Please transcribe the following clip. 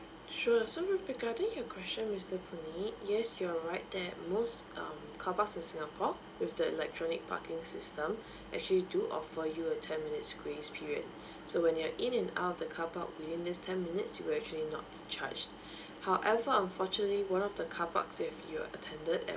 sure so with regarding your question mister puh nee yes you're right that most um carparks in singapore with the electronic parking system actually do offer you a ten minutes grace period so when you're in and out of the carpark within this ten minutes you will actually not be charged however unfortunately one of the carparks that you attended at